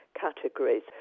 categories